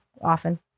often